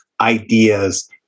ideas